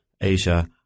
Asia